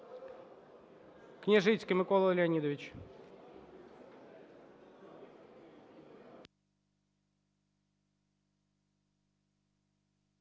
Княжицький Микола Леонідович.